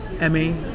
Emmy